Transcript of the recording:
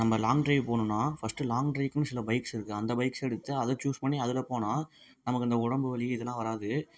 நம்ப long drive போகணுன்னா first long ட்ரைவுக்குன்னு சில பைக்ஸ் இருக்குது அந்த பைக்ஸ் எடுத்து அதை சூஸ் பண்ணி அதிலப் போனால் நமக்கு அந்த உடம்பு வலி இதெல்லாம் வராது